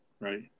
right